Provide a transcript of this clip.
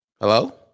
Hello